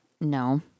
No